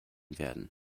werden